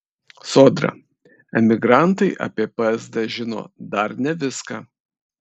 sodra emigrantai apie psd žino dar ne viską